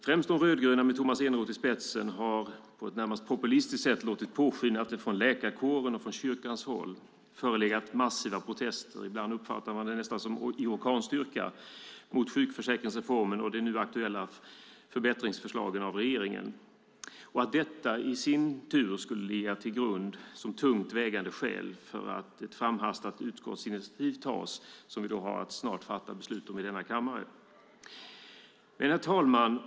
Främst de rödgröna med Tomas Eneroth i spetsen har på ett närmast populistiskt sätt låtit påskina att det från läkarkåren och från kyrkans håll förelegat massiva protester - ibland uppfattar man det nästan som att de är i orkanstyrka - mot sjukförsäkringsreformen och de nu aktuella förbättringsförslagen av regeringen och att detta i sin tur skulle vara ett tungt vägande skäl för ett framhastat utskottsinitiativ som vi snart har att fatta beslut om i denna kammare. Herr talman!